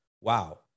Wow